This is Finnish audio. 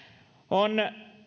on